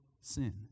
sin